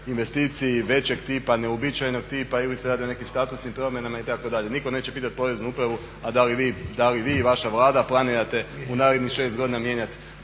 investiciji većeg tipa, neuobičajenog tipa ili se radi o nekim statusnim promjenama itd. Nitko neće pitati Poreznu upravu a da li vi i vaša vlada planirate u narednih 6 godina mijenjati